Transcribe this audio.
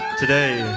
today,